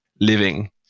living